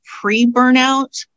pre-burnout